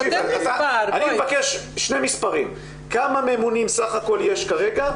אני מבקש שני מספרים: כמה ממונים סך הכול יש כרגע?